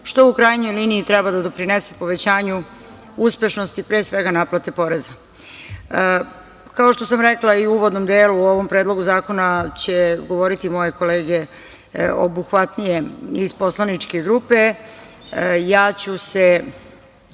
što u krajnjoj liniji treba da doprinese povećanju uspešnosti, pre svega naplate poreza. Kao što sam rekla i uvodnom delu, u ovom Predlogu zakona će govoriti i moje kolege obuhvatnije iz poslaničke grupe, ja ću se